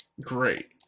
great